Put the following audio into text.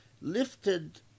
lifted